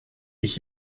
ich